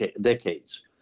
decades